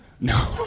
No